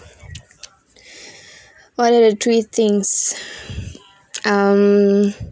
what are the three things um